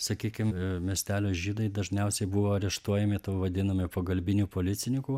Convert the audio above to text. sakykim miestelio žydai dažniausiai buvo areštuojami tų vadinamųjų pagalbinių policininkų